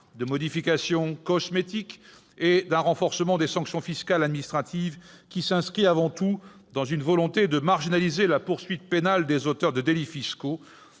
de modifications cosmétiques et d'un renforcement des sanctions fiscales administratives. Il s'inscrit avant tout dans une volonté globale de marginaliser la poursuite pénale des auteurs de délits fiscaux,